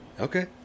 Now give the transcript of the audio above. Okay